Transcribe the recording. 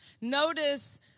Notice